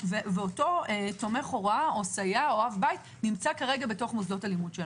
ואותו תומך הוראה או סייע או אב בית נמצא בתוך מוסדות הלימוד שלנו.